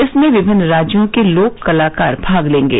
इसमें विभिन्न राज्यों के लोक कलाकार भाग लेंगे